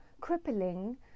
crippling